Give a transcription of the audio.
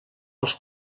els